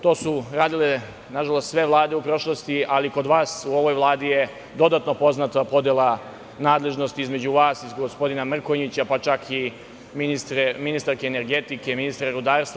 To su radile, nažalost, sve vlade u prošlosti, ali kod vas u ovoj Vladi je dodatno poznata podela nadležnosti između vas i gospodina Mrkonjića, pa čak i ministarke energetike i rudarstva.